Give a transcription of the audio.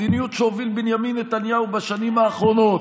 מדיניות שהוביל בנימין נתניהו בשנים האחרונות,